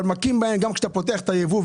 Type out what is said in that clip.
אבל מכים בהם גם כשאתה פותח את הייבוא.